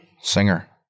Singer